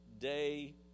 day